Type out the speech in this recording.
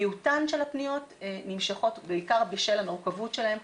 מיעוטן של הפניות נמשכות בעיקר בשל המורכבות שלהן.